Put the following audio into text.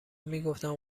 میگفتم